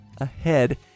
ahead